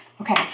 Okay